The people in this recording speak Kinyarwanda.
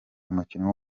umukinnyi